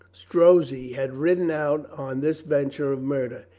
strozzi, had ridden out on this venture of murder.